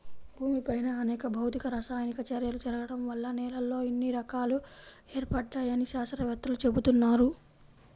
భూమిపైన అనేక భౌతిక, రసాయనిక చర్యలు జరగడం వల్ల నేలల్లో ఇన్ని రకాలు ఏర్పడ్డాయని శాత్రవేత్తలు చెబుతున్నారు